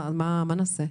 מה נעשה?